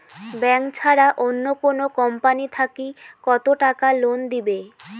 Bank ছাড়া অন্য কোনো কোম্পানি থাকি কত টাকা লোন দিবে?